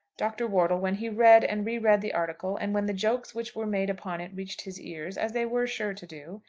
dr. wortle, when he read and re-read the article, and when the jokes which were made upon it reached his ears, as they were sure to do,